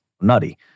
nutty